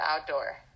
outdoor